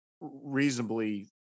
reasonably